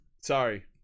Sorry